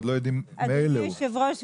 אדוני היושב ראש,